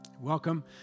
Welcome